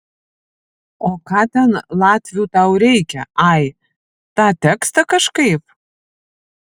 o ką ten latvių tau reikia ai tą tekstą kažkaip